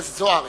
זוארץ.